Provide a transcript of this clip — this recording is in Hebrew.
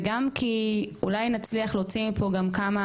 וגם כי אולי נצליח להוציא מפה גם כמה